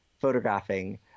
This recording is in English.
photographing